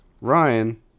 Ryan